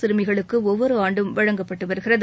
சிறுமிகளுக்கு ஒவ்வொரு ஆண்டும் வழங்கப்பட்டு வருகிறது